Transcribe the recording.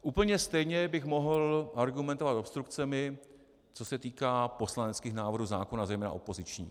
Úplně stejně bych mohl argumentovat obstrukcemi, co se týká poslaneckých návrhů zákonů, zejména opozičních.